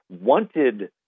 wanted